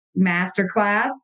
masterclass